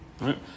right